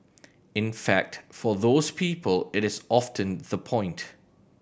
in fact for those people it is often the point